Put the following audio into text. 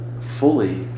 fully